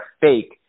fake